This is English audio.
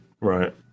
Right